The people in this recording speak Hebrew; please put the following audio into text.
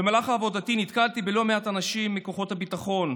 במהלך עבודתי נתקלתי בלא מעט אנשים מכוחות הביטחון,